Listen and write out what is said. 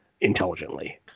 intelligently